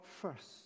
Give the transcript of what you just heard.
first